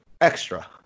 Extra